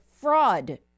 fraud